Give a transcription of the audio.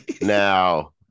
Now